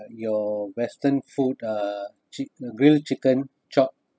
your western food uh chick~ grilled chicken chop